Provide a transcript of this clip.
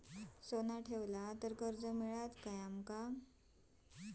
सोन्याक कर्ज मिळात काय आमका?